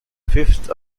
fifth